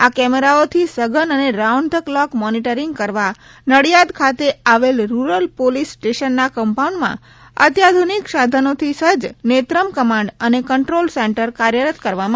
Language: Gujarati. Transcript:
આ કેમેરાઓથી સઘન અને રાઉન્ડ ધ ક્લોક મોનિટરિંગ કરવા નડિયાદ ખાતે આવેલ રૂરલ પોલીસ સ્ટેશનના કમ્પાઉન્ડમાં અત્યાધૂનિક સાધનોથી સજ્જ નેત્રમ કમાન્ડ અને કંટ્રોલ સેન્ટર કાર્યરત કરવામાં આવ્યું છે